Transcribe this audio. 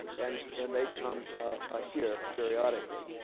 and and they come here periodically.